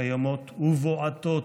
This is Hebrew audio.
קיימות ובועטות.